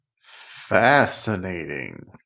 fascinating